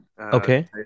Okay